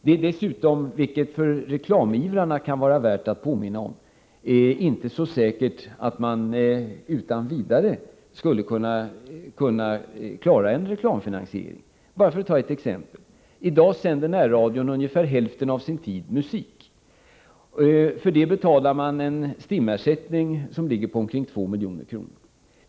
Det är dessutom, vilket det kan vara värt att påminna reklamivrarna om, inte så säkert att man utan vidare skulle kunna klara en reklamfinansiering. Bara för att ta ett exempel kan jag nämna att närradion i dag sänder musik ungefär hälften av sin tid. För det betalar man en STIM-ersättning på ungefär 2 milj.kr.